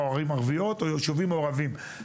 או ערים ערביות או יישובים מעורבים.